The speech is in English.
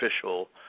official